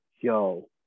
Yo